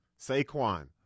Saquon